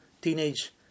teenage